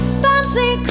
fancy